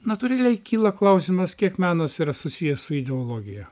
natūraliai kyla klausimas kiek menas yra susijęs su ideologija